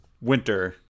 winter